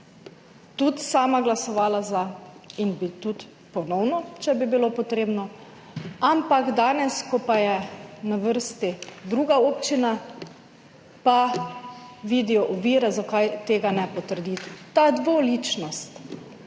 Tudi sama glasovala za in bi tudi ponovno, če bi bilo potrebno, ampak danes, ko pa je na vrsti druga občina, pa vidijo ovire, zakaj tega ne potrditi. Ta dvoličnost